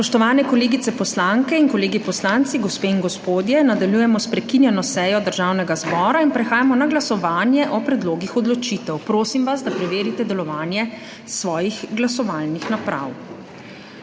Spoštovane kolegice poslanke in kolegi poslanci, gospe in gospodje, nadaljujemo s prekinjeno sejo Državnega zbora in prehajamo na glasovanje o predlogih odločitev. Prosim vas, da preverite delovanje svojih glasovalnih naprav.